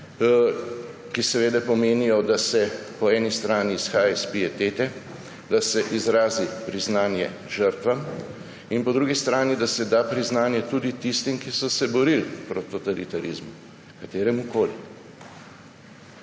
ki seveda pomenijo, da se po eni strani izhaja iz pietete, da se izrazi priznanje žrtvam, in po drugi strani, da se da priznanje tudi tistim, ki so se borili proti totalitarizmu, kateremukoli.